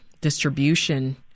distribution